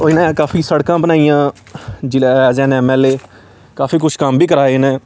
इ'नें काफी सड़कां बनाइयां जिल्लै as an M L A काफी कुछ कम्म बी कराए इ'नें